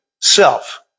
Self